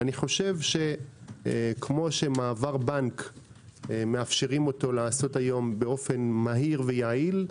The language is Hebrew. אני חושב שכפי שמעבר בנק מאפשרים לעשות אותו היום במהירות וביעילות,